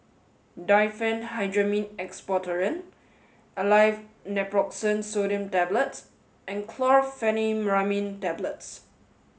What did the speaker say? Diphenhydramine Expectorant Aleve Naproxen Sodium Tablets and Chlorpheniramine Tablets